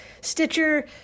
Stitcher